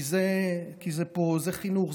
כי פה זה חינוך,